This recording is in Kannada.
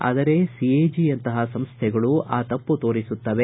ಆದರೆ ಸಿಎಜಿ ಯಂತಪ ಸಂಸ್ಟೆಗಳು ಆ ತಮ್ನ ತೋರಿಸುತ್ತವೆ